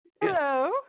Hello